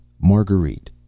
Marguerite